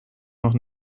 noch